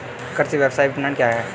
कृषि व्यवसाय विपणन क्या है?